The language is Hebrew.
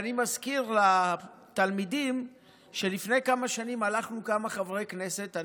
ואני מזכיר לתלמידים שלפני כמה שנים הלכנו כמה חברי כנסת,